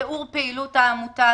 תיאור פעילות העמותה,